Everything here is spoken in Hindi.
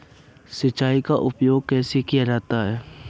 सिंचाई का प्रयोग कैसे किया जाता है?